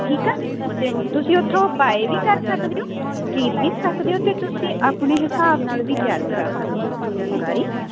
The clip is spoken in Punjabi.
ਠੀਕ ਆ ਅਤੇ ਤੁਸੀਂ ਉੱਥੋਂ ਬਾਏ ਵੀ ਕਰ ਸਕਦੇ ਓਂ ਖਰੀਦ ਵੀ ਸਕਦੇ ਓਂ ਅਤੇ ਤੁਸੀਂ ਆਪਣੇ ਹਿਸਾਬ ਨਾਲ ਵੀ ਤਿਆਰ ਕਰਾ ਸਕਦੇ ਓਂ ਉੱਥੋ ਫੁਲਕਾਰੀ